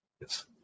Yes